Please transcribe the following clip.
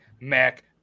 Mac